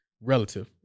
relative